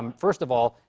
um first of all,